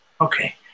Okay